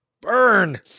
burn